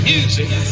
Music